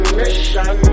mission